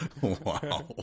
Wow